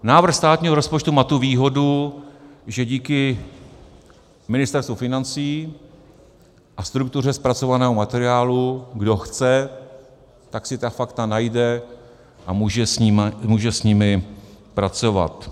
Návrh státního rozpočtu má tu výhodu, že díky Ministerstvu financí a struktuře zpracovaného materiálu kdo chce, tak si ta fakta najde a může s nimi pracovat.